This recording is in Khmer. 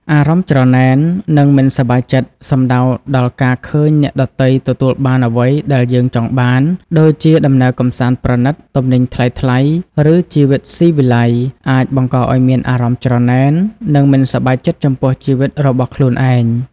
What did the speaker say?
អារម្មណ៍ច្រណែន និងមិនសប្បាយចិត្ត សំដៅដល់ការឃើញអ្នកដទៃទទួលបានអ្វីដែលយើងចង់បាន ដូចជាដំណើរកម្សាន្តប្រណីត ទំនិញថ្លៃៗ ឬជីវិតស៊ីវិល័យ អាចបង្កឱ្យមានអារម្មណ៍ច្រណែន និងមិនសប្បាយចិត្តចំពោះជីវិតរបស់ខ្លួនឯង។